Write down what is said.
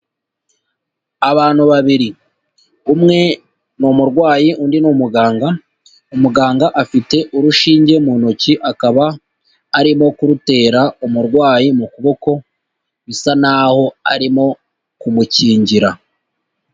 Abantu babiri. Umwe ni umurwayi undi ni umuganga, umuganga afite urushinge mu ntoki akaba arimo kurutera umurwayi mu kuboko, bisa naho arimo kumukingira.